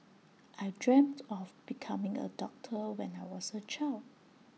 I dreamt of becoming A doctor when I was A child